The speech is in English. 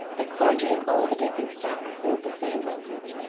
the clergy of all the different sects hold the same language,